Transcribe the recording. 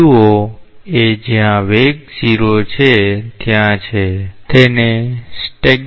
બિંદુઓ એ જ્યાં વેગ 0 છે ત્યાં છે તે બિંદુઓને સ્ટૈગ્નૈશન બિંદુઓ તરીકે ઓળખવામાં આવે છે